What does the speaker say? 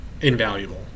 invaluable